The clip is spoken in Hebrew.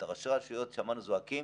את ראשי הרשויות שמענו זועקים,